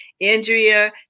Andrea